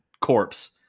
corpse